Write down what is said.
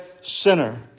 sinner